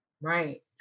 Right